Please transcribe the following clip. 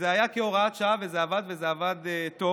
זה היה כהוראת שעה, וזה עבד, וזה עבד טוב.